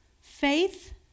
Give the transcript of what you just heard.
Faith